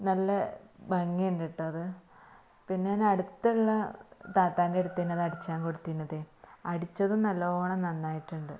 നല്ല ഭംഗിയുണ്ട് കേട്ടോ അത് പിന്നെ അടുത്തുള്ള താത്താന്റെ അടുത്ത് തന്നേ അത് അടിക്കാന് കൊടുത്തത് അടിച്ചതും നല്ലോണം നന്നായിട്ടുണ്ട്